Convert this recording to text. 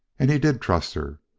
and he did trust her.